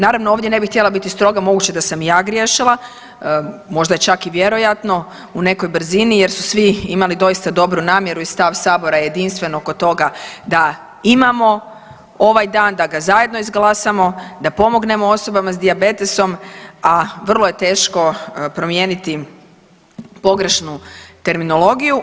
Naravno ovdje ne bih htjela biti stroga moguće da sam i ja griješila, možda je čak i vjerojatno u nekoj brzini jer su svi imali doista dobru namjeru i stav sabora je jedinstven oko toga da imamo ovaj dan, da ga zajedno izglasamo, da pomognemo osobama s dijabetesom, a vrlo je teško promijeniti pogrešnu terminologiju.